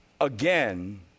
again